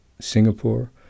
singapore